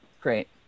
Great